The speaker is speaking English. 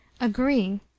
agree